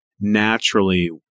naturally